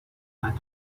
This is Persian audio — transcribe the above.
راحت